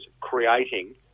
creating